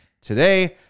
today